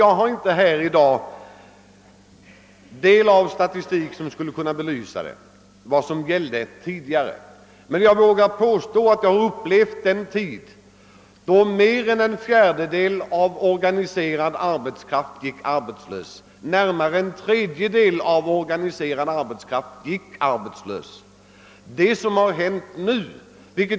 Jag har inte i dag tillgång till tidigare siffror över arbetslösheten, men jag vågar påstå att jag upplevt den tid då en fjärdedel — ja, närmare en tredjedel — av den organiserade arbetskraften gick arbetslös.